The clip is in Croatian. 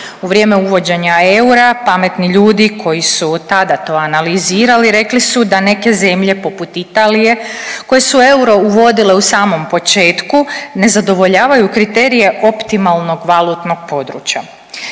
U vrijeme uvođenja eura pametni ljudi koji su od tada to analizirali rekli su da neke zemlje poput Italije koje su euro uvodile u samom početku ne zadovoljavaju kriterije optimalnog valutnog područja.